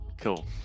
Cool